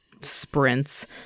sprints